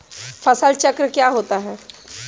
फसल चक्र क्या होता है?